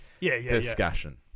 discussion